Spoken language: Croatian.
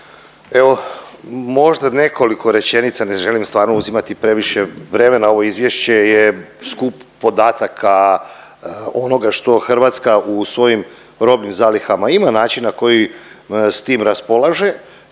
Evo možda nekoliko rečenica, ne želim stvarno uzimati previše vremena. Ovo izvješće je skup podataka onoga što Hrvatska u svojim robnim zalihama ima. Način na koji s tim raspolaže